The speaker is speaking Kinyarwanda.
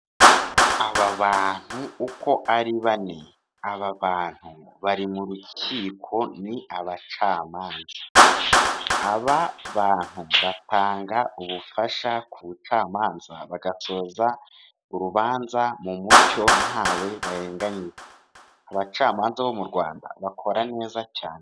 Aba bantu uko ari bane aba bantu bari mu rukiko ni abacamanza, aba bantu batanga ubufasha ku bucamanza bagasoza urubanza mu mucyo ntawe barenganyije, abacamanza bo mu Rwanda bakora neza cyane.